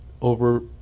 over